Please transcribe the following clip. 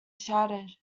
shattered